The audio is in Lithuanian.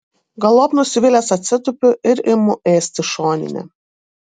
galop nusivylęs atsitupiu ir imu ėsti šoninę